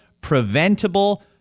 preventable